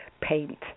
paint